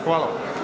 Hvala.